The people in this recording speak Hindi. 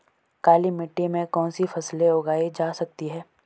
काली मिट्टी में कौनसी फसलें उगाई जा सकती हैं?